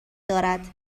دارد